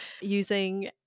using